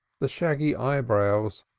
the shaggy eyebrows,